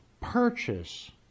purchase